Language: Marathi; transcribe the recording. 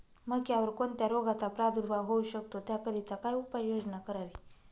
मक्यावर कोणत्या रोगाचा प्रादुर्भाव होऊ शकतो? त्याकरिता काय उपाययोजना करावी?